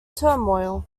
turmoil